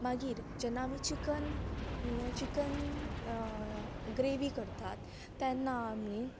मागीर जेन्ना आमी चिकन चिकन अ ग्रेवी करतात तेन्ना आमी